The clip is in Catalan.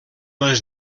les